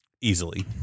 easily